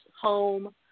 home